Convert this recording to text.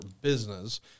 business